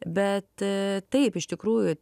bet taip iš tikrųjų